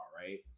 right